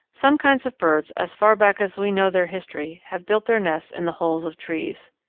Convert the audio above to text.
some kinds of birds, as far back as we know their history, have built their nests in the holes of trees.